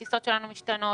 הטיסות שלנו משתנות,